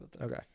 Okay